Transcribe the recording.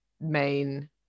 main